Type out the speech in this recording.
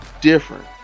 different